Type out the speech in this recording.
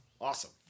awesome